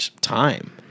time